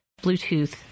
Bluetooth